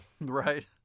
Right